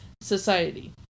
society